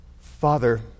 Father